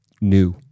new